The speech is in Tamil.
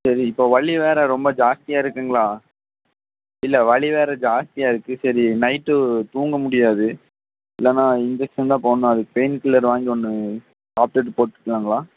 சரி இப்போ வலி வேறு ரொம்ப ஜாஸ்தியாருக்குங்களா இல்லை வலி வேறு ஜாஸ்தியாருக்குது சரி நைட்டு தூங்க முடியாது இல்லைனா இன்ஜெக்ஷன் தான் போடணும் அதுக்கு பெயின் கில்லர் வாங்கி ஒன்று சாப்ட்டுவிட்டு போட்டுக்கலாங்ளா